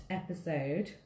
episode